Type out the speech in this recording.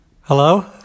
Hello